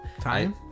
time